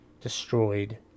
destroyed